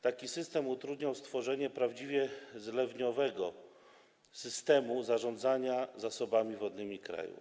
Taki system utrudniał stworzenie prawdziwie zlewniowego systemu zarządzania zasobami wodnymi kraju.